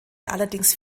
allerdings